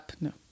No